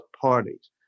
parties